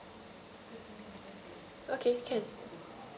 okay can